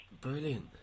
Brilliant